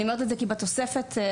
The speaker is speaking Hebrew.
אני אומרת את זה כי בתוספת הראשונה,